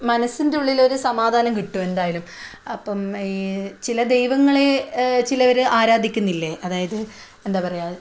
മനസ്സിൻ്റെ ഉള്ളിലൊരു സമാധാനം കിട്ടും എന്തായാലും അപ്പം ഈ ചില ദൈവങ്ങളെ ചിലർ ആരാധിക്കുന്നില്ലെ അതായത് എന്താ പറയാ